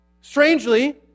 strangely